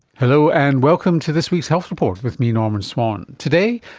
hello, and welcome to this week's health report with me, norman swan. today,